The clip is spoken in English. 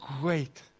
great